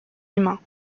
humains